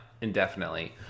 indefinitely